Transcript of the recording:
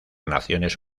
naciones